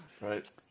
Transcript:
Right